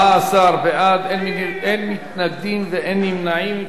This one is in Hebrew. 14 בעד, אין מתנגדים ואין נמנעים.